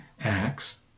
Acts